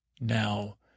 Now